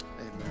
amen